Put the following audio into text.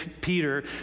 Peter